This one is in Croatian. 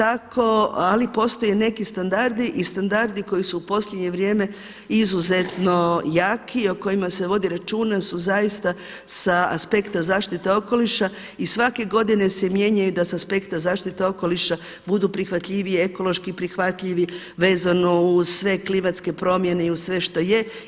Ali postoje neki standardi i standardi koji su u posljednje vrijeme izuzetno jaki, o kojima se vodi računa su zaista sa aspekta zaštite okoliša i svake godine se mijenjaju da sa aspekta zaštite okoliša budu prihvatljiviji i ekološki prihvatljivi vezano uz sve klimatske promjene i uz sve što je.